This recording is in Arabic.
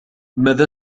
ماذا